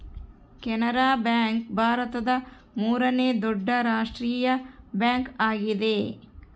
Canara bank ಭಾರತದ ಮೂರನೇ ದೊಡ್ಡ ರಾಷ್ಟ್ರೀಯ ಬ್ಯಾಂಕ್ ಆಗಿದೆ